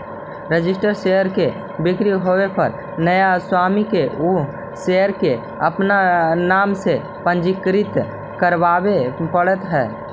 registered share के बिक्री होवे पर नया स्वामी के उ शेयर के अपन नाम से पंजीकृत करवावे पड़ऽ हइ